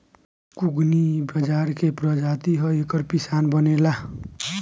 कुगनी बजरा के प्रजाति ह एकर पिसान बनेला